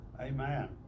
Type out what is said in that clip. Amen